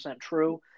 true